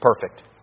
perfect